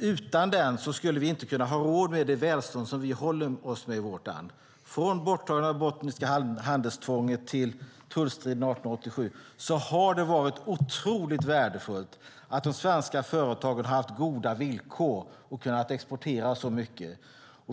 Utan den skulle vi inte ha råd med det välstånd som vi håller oss med i vårt land. Från borttagandet av det bottniska handelstvånget till tullstriden 1887 har det varit otroligt värdefullt att de svenska företagen har haft goda villkor och kunnat exportera så mycket.